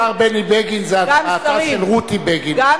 השר בני בגין, זה ההצעה של רותי בגין ובזכותה.